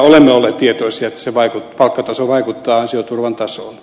olemme olleet tietoisia että palkkataso vaikuttaa ansioturvan tasoon